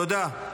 תודה.